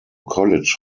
college